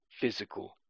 physical